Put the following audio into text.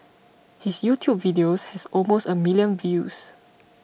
his YouTube video has almost a million views